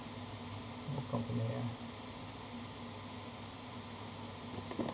company yeah